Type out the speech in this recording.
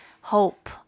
hope